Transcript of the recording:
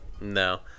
no